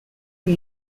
who